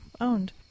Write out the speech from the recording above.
owned